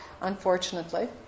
unfortunately